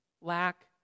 Lack